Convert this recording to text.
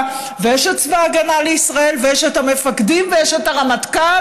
ויש את צבא ההגנה לישראל ויש את המפקדים ויש את הרמטכ"ל,